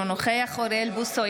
אינו נוכח אוריאל בוסו,